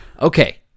Okay